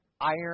iron